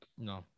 No